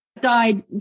died